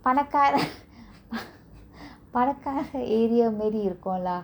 பணக்கார:panakara பணக்கார:panakara area மாரி இருக்கு:mari iruku lah